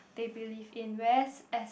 they believe in whereas as